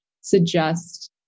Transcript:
suggest